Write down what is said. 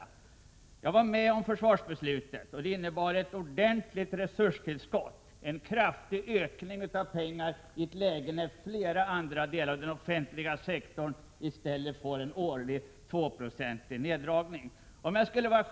Jag var med om försvarsbeslutet. Det innebar ett ordentligt resurstillskott, en kraftig ökning av pengar, i ett läge när flera andra delar av den offentliga sektorn i stället har en årlig 2-procentig neddragning.